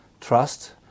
trust